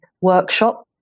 workshop